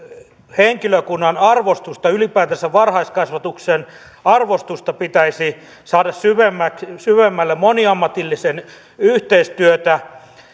henkilökunnan arvostusta ylipäätänsä varhaiskasvatuksen arvostusta pitäisi saada syvemmälle moniammatillista yhteistyötä